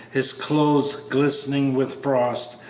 his clothes glistening with frost,